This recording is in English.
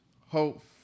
hope